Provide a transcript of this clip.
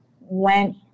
went